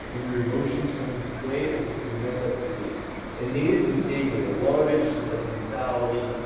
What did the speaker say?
when your emotions come into play, like it's gonna mess up your game and natives's the same way, a lot of interest is like mentality.